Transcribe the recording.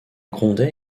grondait